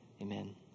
amen